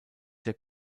der